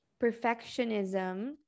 perfectionism